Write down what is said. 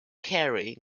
carrying